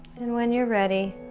and when you're ready